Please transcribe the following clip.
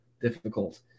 difficult